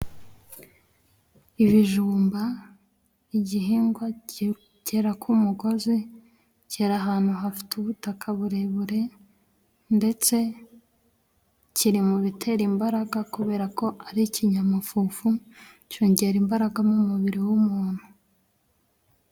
Ibijumba igihingwa cyera k' umugozi cyera ahantu hafite ubutaka burebure ndetse kiri mu bitera imbaraga kubera ko ari ikinyamafufu cyongera imbaraga mu mubiri w'umuntu.